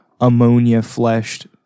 ammonia-fleshed